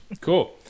Cool